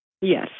Yes